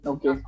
Okay